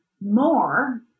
more